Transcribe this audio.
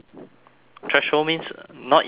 threshold means not yet lah